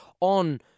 on